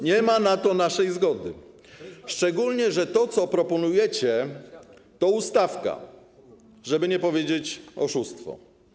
Nie ma na to naszej zgody, szczególnie że to, co proponujecie, to ustawka, żeby nie powiedzieć: oszustwo.